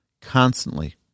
constantly